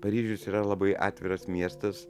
paryžius yra labai atviras miestas